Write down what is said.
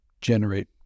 generate